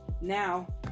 now